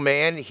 Man